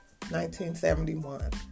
1971